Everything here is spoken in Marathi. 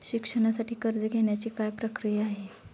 शिक्षणासाठी कर्ज घेण्याची काय प्रक्रिया आहे?